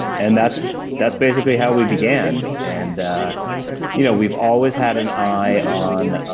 and that's that's basically how we began. and you know we've always had an eye on.